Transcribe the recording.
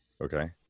Okay